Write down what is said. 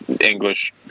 English